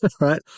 right